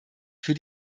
für